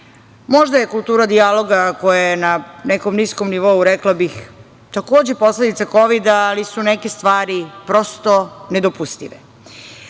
Možda je kultura dijaloga koja je na nekom niskom nivou, rekla bih, takođe posledica Kovida, ali su neke stvari prosto nedopustive. Da